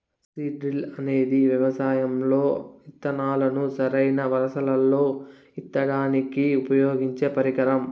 seed drill అనేది వ్యవసాయం లో ఇత్తనాలను సరైన వరుసలల్లో ఇత్తడానికి ఉపయోగించే పరికరం